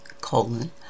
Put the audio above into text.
colon